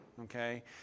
okay